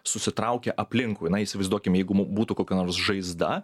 susitraukia aplinkui na įsivaizduokim jeigu mum būtų kokia nors žaizda